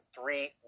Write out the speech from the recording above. three